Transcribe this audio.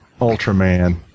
Ultraman